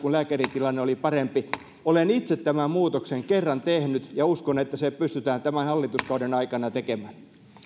kun lääkäritilanne oli parempi olen itse tämän muutoksen kerran tehnyt ja uskon että se pystytään tämän hallituskauden aikana tekemään